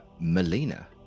Melina